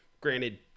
Granted